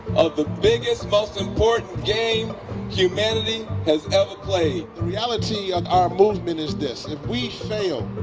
of the biggest most important game humanity have ever played. the reality of our movement is this if we fail,